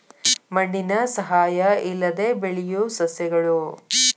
ಮಣ್ಣಿನ ಸಹಾಯಾ ಇಲ್ಲದ ಬೆಳಿಯು ಸಸ್ಯಗಳು